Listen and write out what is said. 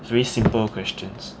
is very simple questions